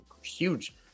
Huge